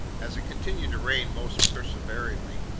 as it continued to rain most perseveringly,